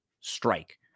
Strike